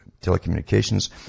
telecommunications